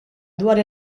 dwar